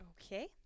Okay